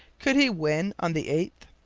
could he win on the eighth?